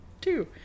two